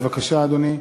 בבקשה, אדוני.